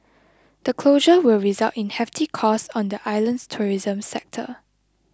the closure will result in hefty costs on the island's tourism sector